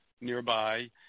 nearby